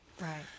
right